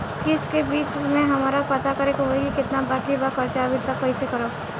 किश्त के बीच मे हमरा पता करे होई की केतना बाकी बा कर्जा अभी त कइसे करम?